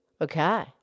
Okay